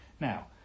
Now